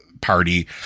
party